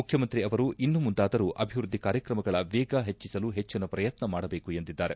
ಮುಖ್ಯಮಂತ್ರಿ ಅವರು ಇನ್ನು ಮುಂದಾದರೂ ಅಭಿವೃದ್ದಿ ಕಾರ್ಯಕ್ರಮಗಳ ವೇಗ ಹೆಚ್ಚಿಸಲು ಹೆಚ್ಚಿನ ಪ್ರಯತ್ನ ಮಾಡಬೇಕು ಎಂದಿದ್ದಾರೆ